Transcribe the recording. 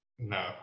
No